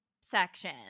section